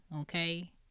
okay